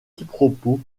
quiproquos